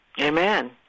Amen